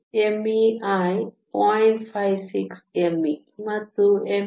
mei 0